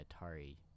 Atari